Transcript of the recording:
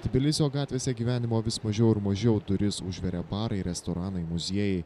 tbilisio gatvėse gyvenimo vis mažiau ir mažiau duris užveria barai restoranai muziejai